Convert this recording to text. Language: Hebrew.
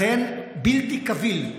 לכן בלתי קביל,